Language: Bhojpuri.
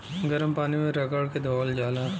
गरम पानी मे रगड़ के धोअल जाला